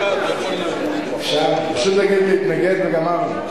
פשוט להגיד מתנגד, וגמרנו.